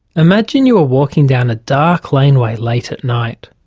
imagine you are walking down a dark laneway late at night.